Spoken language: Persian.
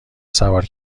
سوار